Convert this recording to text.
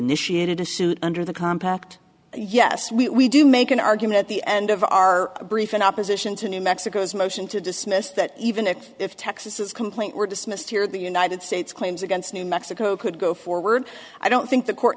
initiated a suit under the compact yes we do make an argument at the end of our brief in opposition to new mexico's motion to dismiss that even if texas is complaint were dismissed here the united states claims against new mexico could go forward i don't think the court